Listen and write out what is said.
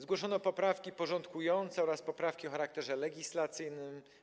Zgłoszono poprawki porządkujące oraz poprawki o charakterze legislacyjnym.